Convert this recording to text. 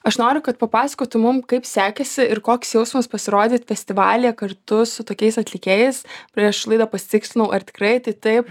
aš noriu kad papasakotum mum kaip sekėsi ir koks jausmas pasirodyt festivalyje kartu su tokiais atlikėjais prieš laidą pasitikslinau ar tikrai tai taip